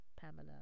Pamela